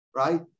right